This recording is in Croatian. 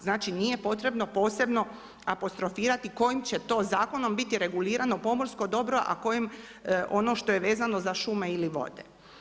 Znači, nije potrebno posebno apostrofirati kojim će to zakonom biti regulirano pomorsko dobro a kojim ono što je vezano za šume ili vode.